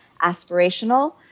aspirational